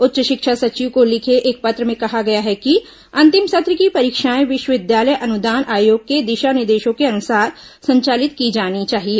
उच्च शिक्षा सचिव को लिखे एक पत्र में कहा गया है कि अंतिम सत्र की परीक्षाएं विश्वविद्यालय अनुदान आयोग के दिशा निर्देशों के अनुसार संचालित की जानी चाहिए